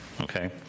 okay